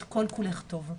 את כל כולך טוב.